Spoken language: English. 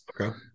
Okay